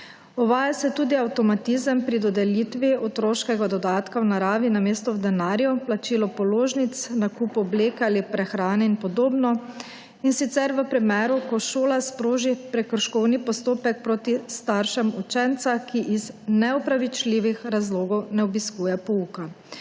Uvaja se tudi avtomatizem pri dodelitvi otroškega dodatka v naravi namesto v denarju, plačilo položnic, nakup obleke ali prehrane in podobno in sicer v primeru, ko šola sproži prekrškovni postopek proti staršem učenca, ki iz neopravičljivih razlogov ne obiskuje pouka.